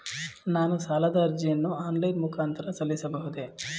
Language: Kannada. ನಾನು ಸಾಲದ ಅರ್ಜಿಯನ್ನು ಆನ್ಲೈನ್ ಮುಖಾಂತರ ಸಲ್ಲಿಸಬಹುದೇ?